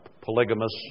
polygamous